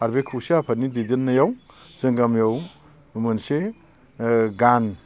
आरो बे खौसे आफादनि दैदेननायाव जों गामियाव मोनसे ओ गान